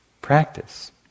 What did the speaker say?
practice